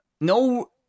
No